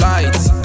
Lights